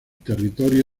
territorio